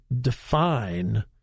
define